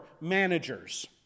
managers